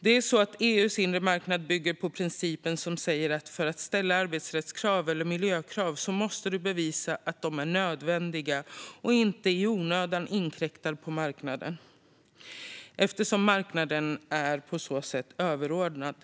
EU:s inre marknad bygger på en princip som säger: För att ställa arbetsrättskrav eller miljökrav måste du bevisa att de är nödvändiga och att de inte i onödan inkräktar på marknaden, eftersom marknaden på så sätt är överordnad.